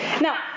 Now